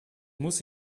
muss